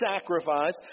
sacrifice